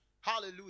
Hallelujah